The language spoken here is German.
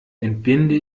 entbinde